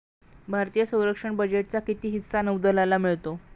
भारतीय संरक्षण बजेटचा किती हिस्सा नौदलाला मिळतो?